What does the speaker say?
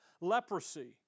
Leprosy